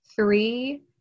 three